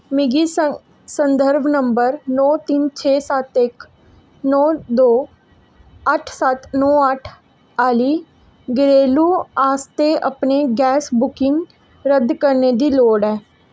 मिगी संदर्भ नंबर नौ तिन्न छे सत्त इक नौ दो अट्ठ सत्त नौ अट्ठ आह्ली घरेलू आस्तै अपनी गैस बुकिंग रद्द करने दी लोड़ ऐ